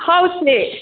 ꯍꯥꯎ ꯆꯤꯆꯦ